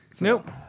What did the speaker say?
Nope